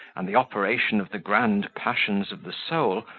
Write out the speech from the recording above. and the operation of the grand passions of the soul,